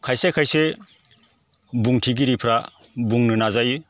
खायसे खायसे बुंथिगिरिफ्रा बुंनो नाजायो